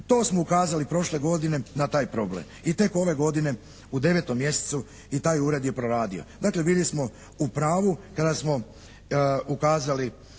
to smo ukazali prošle godine na taj problem. I tek ove godine u 9. mjesecu i taj ured je proradio. Dakle bili smo u pravu kada smo ukazali